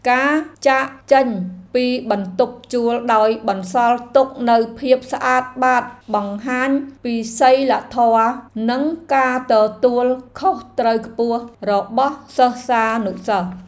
ការចាកចេញពីបន្ទប់ជួលដោយបន្សល់ទុកនូវភាពស្អាតបាតបង្ហាញពីសីលធម៌និងការទទួលខុសត្រូវខ្ពស់របស់សិស្សានុសិស្ស។